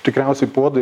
tikriausiai puodų